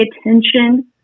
attention